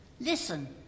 Listen